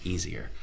Easier